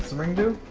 ring do?